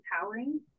empowering